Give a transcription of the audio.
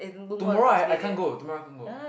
tomorrow I I can't go tomorrow I can't go